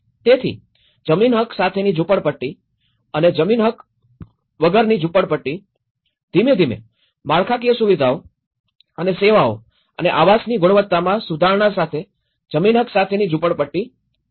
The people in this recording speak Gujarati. તેથી જમીનહક સાથેની ઝૂંપડપટ્ટી અને જમીનહક વગરની ઝૂંપડપટ્ટી ધીમે ધીમે માળખાકીય સુવિધાઓ અને સેવાઓ અને આવાસની ગુણવત્તામાં સુધારણા સાથે જમીનહક સાથેની ઝૂંપડપટ્ટી બની જાય છે